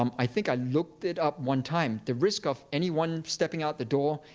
um i think i looked it up one time. the risk of anyone stepping out the door,